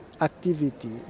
activity